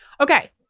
Okay